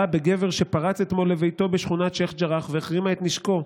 בגבר שפרץ אתמול לביתו בשכונת שייח' ג'ראח והחרימה את נשקו.